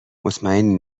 مطمئنی